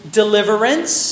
deliverance